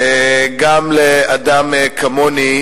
גם לאדם כמוני,